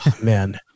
Man